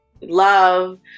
love